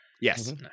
Yes